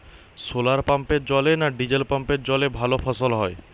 শোলার পাম্পের জলে না ডিজেল পাম্পের জলে ভালো ফসল হয়?